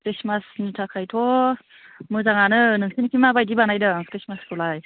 ख्रिस्टमासनि थाखाय थ' मोजांआनो नोंसोरनिथिं माबायदि बानायदों ख्रिस्टमासखौलाय